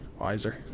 wiser